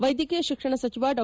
ವೈದ್ಯಕೀಯ ಶಿಕ್ಷಣ ಸಚಿವ ಡಾ